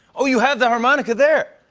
oh, you have the harmonica there!